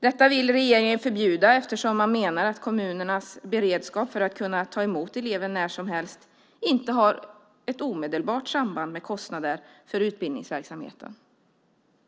Detta vill regeringen förbjuda eftersom man menar att kommunernas beredskap för att kunna ta emot elever när som helst inte har ett omedelbart samband med kostnaderna för utbildningsverksamheten.